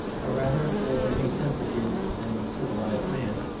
or rather, for any sensitive and civilised man,